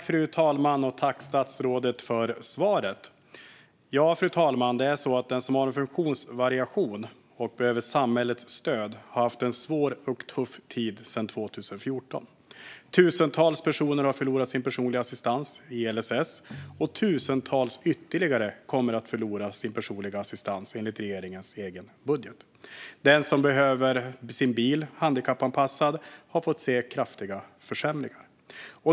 Fru talman! Tack, statsrådet, för svaret! Den som har en funktionsvariation och behöver samhällets stöd har haft en svår och tuff tid sedan 2014. Tusentals personer har förlorat sin personliga assistans enligt LSS, och ytterligare tusentals kommer att förlora sin personliga assistans, enligt regeringens egen budget. Den som behöver få sin bil handikappanpassad har också fått se kraftiga försämringar.